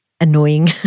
annoying